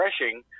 refreshing